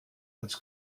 als